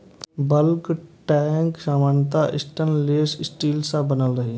bulk tank सामान्यतः stainless steel सं बनल होइ छै